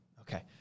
Okay